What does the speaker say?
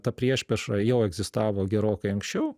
ta priešprieša jau egzistavo gerokai anksčiau